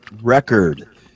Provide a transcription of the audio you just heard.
Record